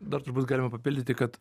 dar turbūt galima papildyti kad